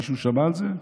מישהו שמע על זה?